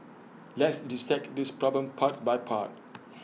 let's dissect this problem part by part